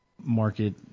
market